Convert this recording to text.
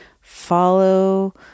follow